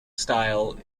style